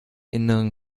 inneren